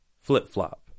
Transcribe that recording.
flip-flop